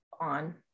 on